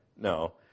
No